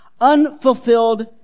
Unfulfilled